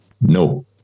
No